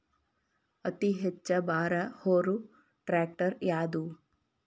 ಅತಿ ಹೆಚ್ಚ ಭಾರ ಹೊರು ಟ್ರ್ಯಾಕ್ಟರ್ ಯಾದು?